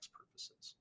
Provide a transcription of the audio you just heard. purposes